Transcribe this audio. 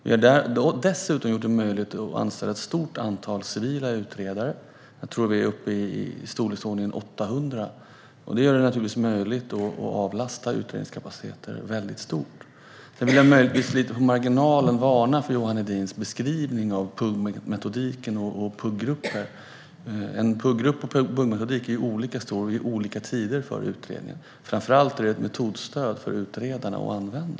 Vi har dessutom gjort det möjligt att anställa ett stort antal civila utredare; jag tror att vi är uppe i storleksordningen 800. Det gör det naturligtvis möjligt att öka utredningskapaciteten väldigt mycket. Sedan vill jag möjligtvis, lite på marginalen, varna för Johan Hedins beskrivning av PUG-metodiken och PUG-grupper. PUG-grupper och PUG-metodiken är olika stora i olika faser av utredningen. Framför allt är det ett metodstöd för utredarna att använda.